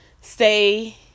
stay